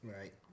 Right